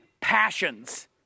passions